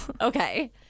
okay